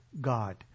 God